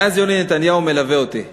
מאז יוני נתניהו מלווה אותי.